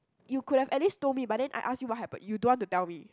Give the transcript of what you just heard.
you could have at least told me but then I ask you what happen you don't want to tell me